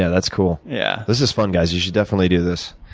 yeah that's cool. yeah this is fun, guys. you should definitely do this.